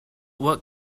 what